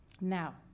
Now